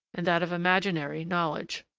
and that of imaginary, knowledge.